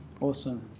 Awesome